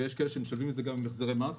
ויש כאלה שמשלבים בזה גם החזרי מס,